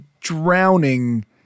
drowning